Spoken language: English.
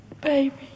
Baby